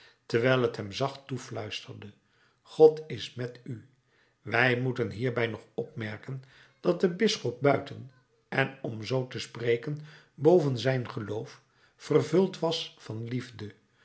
terwijl t hem zacht toefluisterde god is met u wij moeten hierbij nog opmerken dat de bisschop buiten en om zoo te spreken boven zijn geloof vervuld was van liefde